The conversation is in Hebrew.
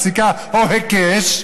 פסיקה או היקש,